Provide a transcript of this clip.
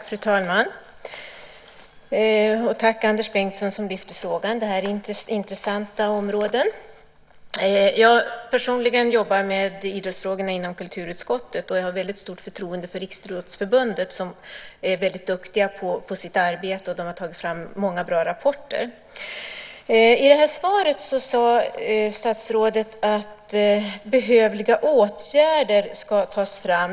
Fru talman! Jag vill tacka Anders Bengtsson som har lyft fram den här frågan. Detta är ett intressant område. Personligen jobbar jag med idrottsfrågor inom kulturutskottet, och jag har väldigt stort förtroende för Riksidrottsförbundet där man är väldigt duktig på sitt arbete. Riksidrottsförbundet har tagit fram många bra rapporter. I svaret sade statsrådet att behövliga åtgärder skulle tas fram.